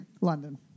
London